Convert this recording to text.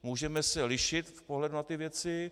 Můžeme se lišit v pohledu na věci.